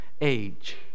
age